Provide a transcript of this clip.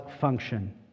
function